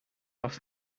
off